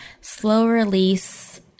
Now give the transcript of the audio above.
slow-release